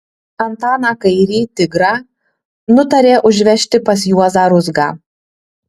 antaną kairį tigrą nutarė užvežti pas juozą ruzgą